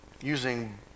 using